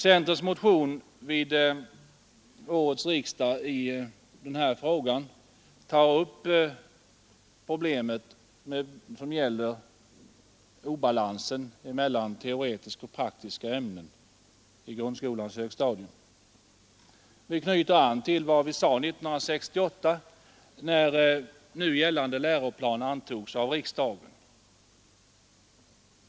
Centerns motion vid årets riksdag i denna fråga tar upp problemet som gäller obalansen mellan teoretiska och praktiska ämnen på grundskolans högstadium. Vi knyter an till vad vi sade 1968, när nu gällande läroplan antogs av riksdagen.